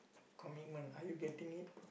commitment are you getting